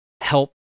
help